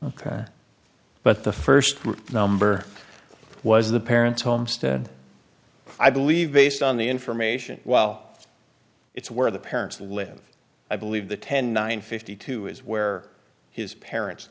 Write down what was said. ok but the first number was the parents homestead i believe based on the information well it's where the parents live i believe the ten nine fifty two is where his parents